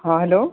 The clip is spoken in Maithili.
हॅं हेल्लो